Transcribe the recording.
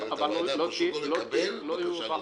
מנהלת הוועדה, לא לקבל בקשה נוספת.